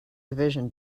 division